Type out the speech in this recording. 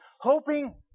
hoping